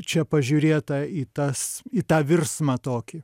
čia pažiūrėta į tas į tą virsmą tokį